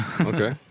Okay